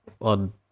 on